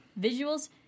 Visuals